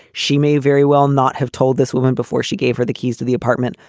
she may very well not have told this woman before she gave her the keys to the apartment.